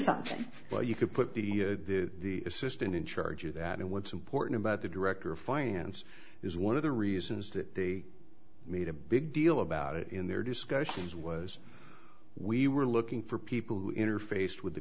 well you could put the the assistant in charge of that and what's important about the director of finance is one of the reasons that they made a big deal about it in their discussions was we were looking for people who interfaced with the